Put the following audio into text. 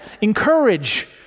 encourage